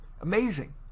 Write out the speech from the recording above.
amazing